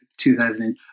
2000